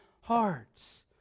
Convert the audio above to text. hearts